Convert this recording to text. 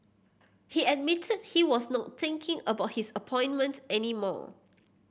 he admitted he was not thinking about his appointment any more